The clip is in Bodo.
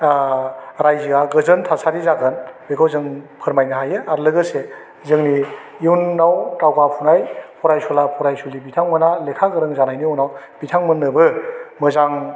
रायजोआ गोजोन थासारि जागोन बेखौ जों फोरमायनो हायो आरो लोगोसे जोंनि इयुनाव दावगाफुनाय फरायसुला फरायसुलि बिथांमोना लेखागोरों जानायनि उनाव बिथांमोननोबो मोजां